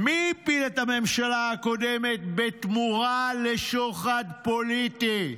מי הפיל את הממשלה הקודמת בתמורה לשוחד פוליטי?